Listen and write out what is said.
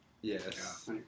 Yes